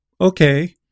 okay